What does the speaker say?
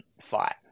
fight